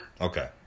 Okay